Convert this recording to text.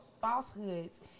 falsehoods